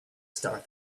star